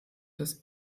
des